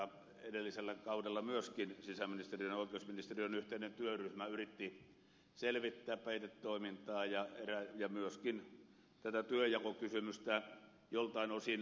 myöskin edellisellä kaudella sisäministeriön ja oikeusministeriön yhteinen työryhmä yritti selvittää peitetoimintaa ja myöskin tätä työnjakokysymystä joiltain osin